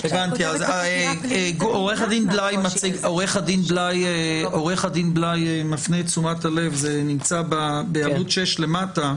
עורך הדין בליי מפנה את תשומת הלב לעמוד 6 למטה.